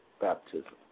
baptism